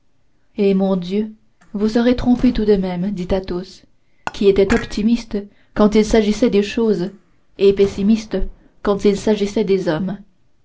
eh bon dieu vous serez trompés tout de même dit athos qui était optimiste quand il s'agissait des choses et pessimiste quand il s'agissait des hommes